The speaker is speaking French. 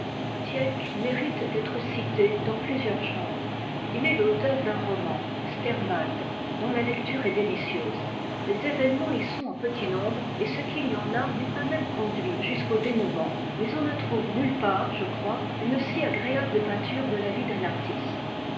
tieck mérite d'être cité dans plusieurs genres il est l'auteur d'un roman sternbald dont la lecture est délicieuse les événements y sont en petit nombre et ce qu'il y en a n'est pas même conduit jusqu'au dénoûment mais on ne trouve nulle part je crois une si agréable peinture de la vie d'un artiste